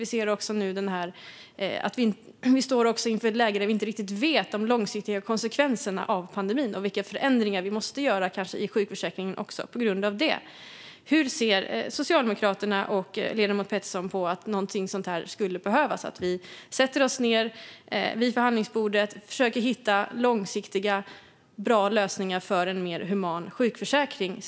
Vi står nu också inför ett läge där vi inte riktigt vet de långsiktiga konsekvenserna av pandemin och vilka förändringar vi kanske måste göra i sjukförsäkringen på grund av det. Hur ser Socialdemokraterna och ledamot Petersson på att någonting sådant skulle behövas och att vi sätter oss ned vis förhandlingsbordet och försöker att hitta långsiktiga bra lösningar för en mer human sjukförsäkring?